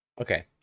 Okay